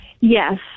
yes